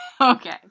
Okay